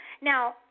now